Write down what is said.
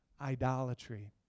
idolatry